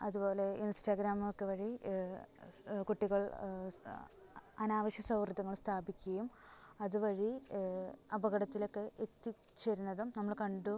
അതുപോലെ ഇൻസ്റ്റാഗ്രാമൊക്കെ വഴി കുട്ടികൾ അനാവശ്യ സൗഹൃദങ്ങൾ സ്ഥാപിക്കുകയും അതുവഴി അപകടത്തിലേക്ക് എത്തിച്ചേരുന്നതും നമ്മൾ കണ്ടു